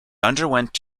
underwent